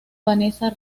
vanessa